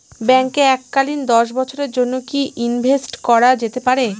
ব্যাঙ্কে এককালীন দশ বছরের জন্য কি ইনভেস্ট করা যেতে পারে?